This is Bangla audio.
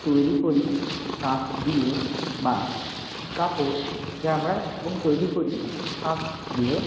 তৈরি করি তাঁত দিয়ে বা কাপড় যা আমরা এবং তৈরি করি তাঁত দিয়ে